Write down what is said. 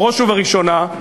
בראש ובראשונה,